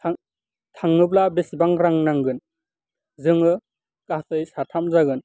थां थाङोब्ला बेसेबां रां नांगोन जोङो गासै साथाम जागोन